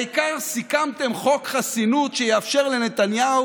העיקר סיכמתם חוק חסינות שיאפשר לנתניהו